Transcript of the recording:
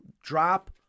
drop